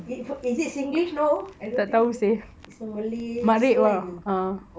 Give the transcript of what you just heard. is it singlish no I don't think so it's a malay slang ah